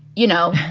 you know,